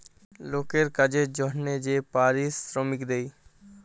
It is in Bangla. লকের কাজের জনহে যে পারিশ্রমিক দেয়